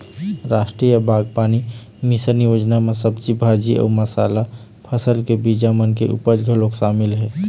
रास्टीय बागबानी मिसन योजना म सब्जी भाजी अउ मसाला फसल के बीजा मन के उपज घलोक सामिल हे